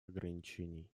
ограничений